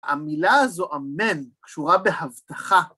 המילה הזו, אמן, קשורה בהבטחה.